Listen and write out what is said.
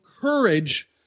courage